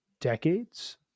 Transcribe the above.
decades